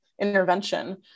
intervention